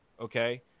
okay